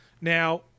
now